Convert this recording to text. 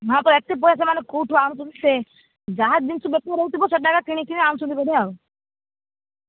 ହଁ ପରା ଏତେ ପଇସା ସେମାନେ କେଉଁଠୁ ଆଣୁଛନ୍ତି ସେ ଯାହା ଜିନିଷ ବେପାର ହେଉଥିବ ସେଇଟା ଏକା କିଣିକି ଆଣୁଛନ୍ତି ବୋଧେ ଆଉ